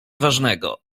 ważnego